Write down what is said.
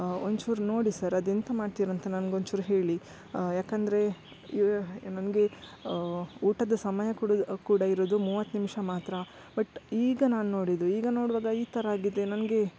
ಒಂಚೂರು ನೋಡಿ ಸರ್ ಅದೆಂತ ಮಾಡ್ತೀರಂತ ನನ್ಗೊಂಚೂರು ಹೇಳಿ ಯಾಕೆಂದ್ರೆ ನನಗೆ ಊಟದ ಸಮಯ ಕೂಡ ಕೂಡ ಇರೋದು ಮೂವತ್ತು ನಿಮಿಷ ಮಾತ್ರ ಬಟ್ ಈಗ ನಾನು ನೋಡಿದ್ದು ಈಗ ನೋಡುವಾಗ ಈ ಥರ ಆಗಿದೆ ನನಗೆ